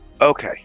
Okay